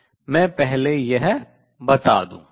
और समस्या क्या है मैं पहले यह बता दूं